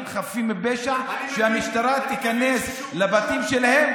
חפים מפשע שהמשטרה תיכנס לבתים שלהם,